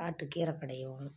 காட்டு கீரை கடைவோம்